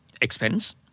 expense